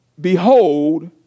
behold